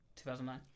2009